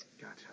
Gotcha